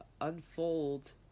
unfold